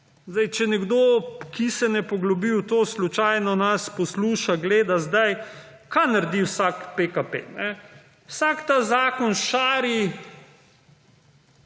Če nekdo, ki se ne poglobi v to slučajno nas posluša, gleda sedaj kaj naredi vsak PKP? Vsak ta zakon šari